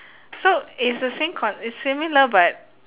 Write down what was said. so it's the same con~ it's similar but